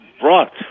brought